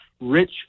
rich